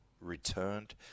returned